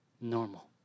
normal